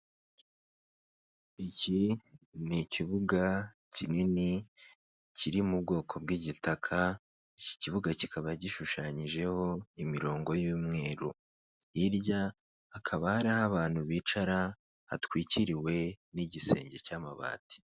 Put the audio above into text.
Iki ni ikibuga kinini kiri mu bwoko bw'igitaka, iki kibuga kikaba gishushanyijeho imirongo y'umweru, hirya hakaba ariho abantu bicara hatwikiriwe n'igisenge cy'amabati.